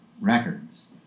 Records